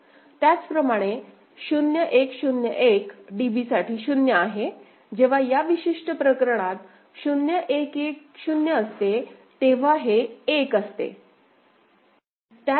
त्याचप्रमाणे 0 1 0 1 DB साठी 0 आहे जेव्हा या विशिष्ट प्रकरणात 0 1 1 0 असते तेव्हा हे 1 असते